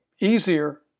easier